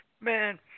Man